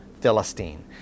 Philistine